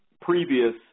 previous